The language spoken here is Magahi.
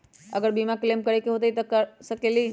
अगर बीमा क्लेम करे के होई त हम कहा कर सकेली?